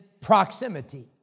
proximity